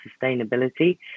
sustainability